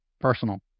personal